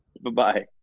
Bye-bye